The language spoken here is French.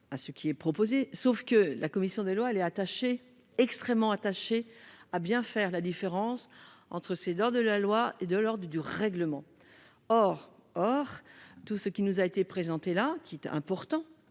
à ce qui est proposé, sauf que la commission des lois, elle est attachée extrêmement attaché à bien faire la différence entre ces 2 heures de la loi et de l'or du règlement, or, or tout ce qui nous a été présenté là qui est important,